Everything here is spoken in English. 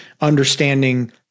understanding